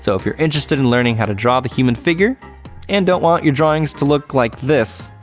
so if you're interested in learning how to draw the human figure and don't want your drawings to look like this,